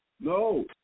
No